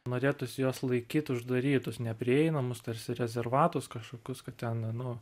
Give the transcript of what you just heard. norėtųsi juos laikyt uždarytus neprieinamus tarsi rezervatus kažkokius kad ten nu